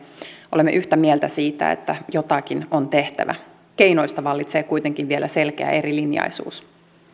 olemme yhtä mieltä siitä että jotakin on tehtävä keinoista vallitsee kuitenkin vielä selkeä erilinjaisuus